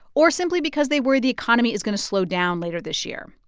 or simply because they worry the economy is going to slow down later this year.